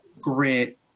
great